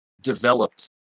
developed